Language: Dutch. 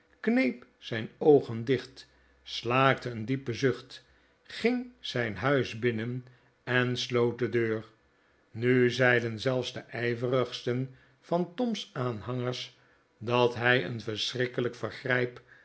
kneep zijn oogen dicht slaakte een diepen zucht ging zijn huis binnen en sloot de deur nu zeiden zelfs de ijverigsten van tom's aanhangers dat hij een verschrikkelijk vergrijp